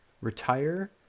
retire